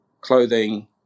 clothing